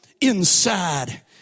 inside